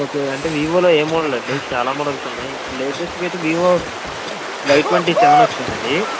ఒకే అంటే వివోలో ఏ మోడల్ అండి చాలా మోడల్స్ ఉన్నాయి ఇపుడు లేటెస్టుగా అయితే వివో వై ట్వంటీ సెవెన్ వచ్చింది అండి